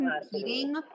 competing